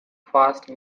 fast